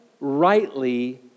rightly